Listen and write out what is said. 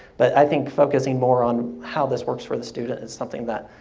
but i think focusing more on how this works for the student is something that,